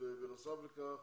ובנוסף לכך